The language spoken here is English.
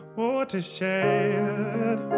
watershed